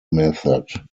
method